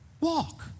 walk